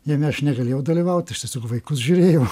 jame aš negalėjau dalyvaut aš tiesiog vaikus žiūrėjau